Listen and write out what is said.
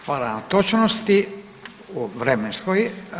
Hvala na točnosti, vremenskoj.